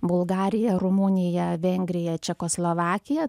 bulgariją rumuniją vengriją čekoslovakiją